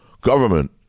government